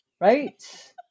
right